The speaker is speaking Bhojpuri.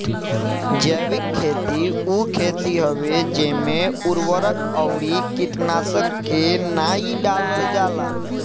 जैविक खेती उ खेती हवे जेमे उर्वरक अउरी कीटनाशक के नाइ डालल जाला